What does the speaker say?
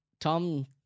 Tom